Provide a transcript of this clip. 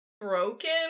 Broken